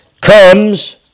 comes